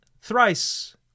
thrice